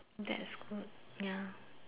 that's good ya